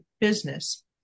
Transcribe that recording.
business